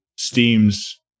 Steam's